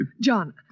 John